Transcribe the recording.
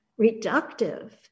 reductive